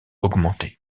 augmenter